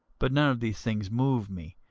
but none of these things move me,